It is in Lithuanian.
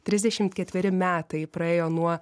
trisdešimt ketveri metai praėjo nuo